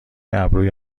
ابروی